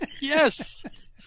yes